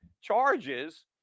charges